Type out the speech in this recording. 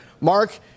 Mark